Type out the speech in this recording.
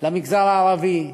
למגזר הערבי,